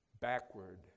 backward